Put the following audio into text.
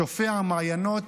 שופע המעיינות,